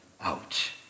out